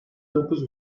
dokuz